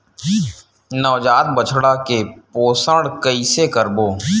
नवजात बछड़ा के पोषण कइसे करबो?